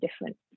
different